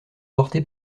porté